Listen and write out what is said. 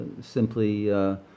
simply